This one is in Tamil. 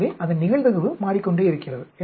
எனவே அதன் நிகழ்தகவு மாறிக்கொண்டே இருக்கிறது